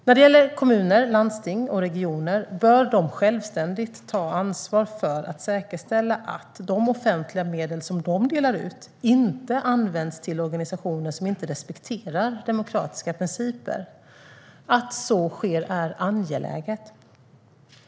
När det gäller kommuner, landsting och regioner bör de självständigt ta ansvar för att säkerställa att de offentliga medel som de delar ut inte används till organisationer som inte respekterar demokratiska principer. Att så sker är angeläget.